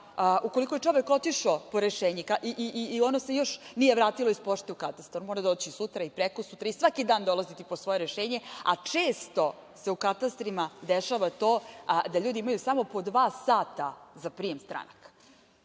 ukoliko je čovek otišao po rešenje i ono se još nije vratilo iz pošte u katastar, on mora doći i sutra i prekosutra i svaki dan dolaziti po svoje rešenje, a često se u katastrima dešava to da ljudi imaju samo po dva sata za prijem stranaka.